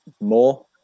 more